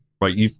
right